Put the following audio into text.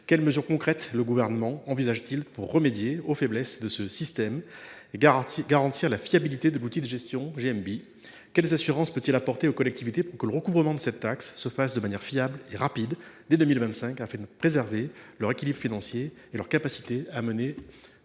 quelles mesures concrètes le Gouvernement envisage t il pour remédier aux faiblesses de ce système et garantir la fiabilité de l’outil de gestion GMBI ? Quelles assurances peut il apporter aux collectivités pour que le recouvrement de cette taxe se fasse de manière fiable et rapide dès 2025, afin de préserver leur équilibre financier et leur capacité à mener